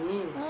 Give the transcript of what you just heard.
mm